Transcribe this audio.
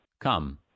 Come